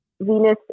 Venus